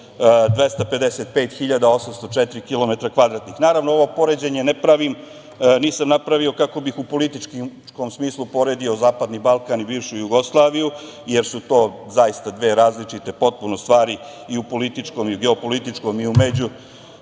kvadratnih. Naravno, ovo poređenje nisam napravio kako bih u političkom smislu poredio Zapadni Balkan i bivšu Jugoslaviju, jer su to zaista dve različite potpuno stvari, i u političkom i u geopolitičkom i u